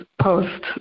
post